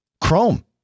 chrome